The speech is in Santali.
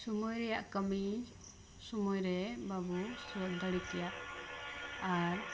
ᱥᱳᱢᱚᱭ ᱨᱮᱭᱟᱜ ᱠᱟᱹᱢᱤ ᱥᱳᱢᱳᱭ ᱨᱮ ᱵᱟᱵᱚ ᱥᱟᱹᱛ ᱫᱟᱲᱮ ᱠᱮᱭᱟ ᱟᱨ